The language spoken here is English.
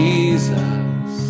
Jesus